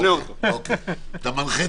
יחד עם מדינות עולם שלישי היא אמירה לא נכונה.